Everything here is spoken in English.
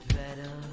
better